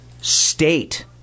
state